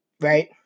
right